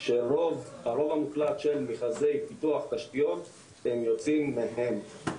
שהרוב המוחלט של מכרזי פיתוח תשתיות הם יוצאים מהם,